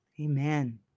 Amen